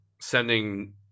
sending